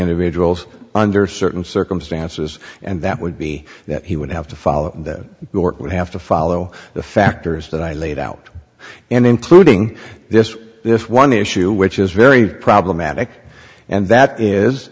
individuals under certain circumstances and that would be that he would have to follow that dork would have to follow the factors that i laid out and including just this one issue which is very problematic and that is